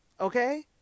okay